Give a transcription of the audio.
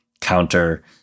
counter